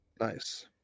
Nice